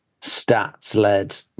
stats-led